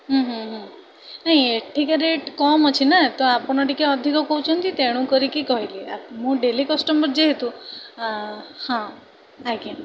ହୁଁ ହୁଁ ହୁଁ ନାଇଁ ଏଠିକା ରେଟ୍ କମ୍ ଅଛି ନାଁ ତ ଆପଣ ଟିକିଏ ଅଧିକ କହୁଛନ୍ତି ତେଣୁକରିକି କହିଲି ଆପ୍ ମୁଁ ଡେଲି କଷ୍ଟମର୍ ଯେହେତୁ ହଁ ଆଜ୍ଞା